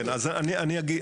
כן, אז אני אגיד.